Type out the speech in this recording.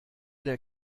der